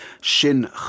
Shin